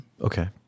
Okay